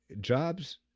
jobs